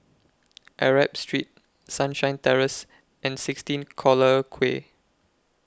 Arab Street Sunshine Terrace and sixteen Collyer Quay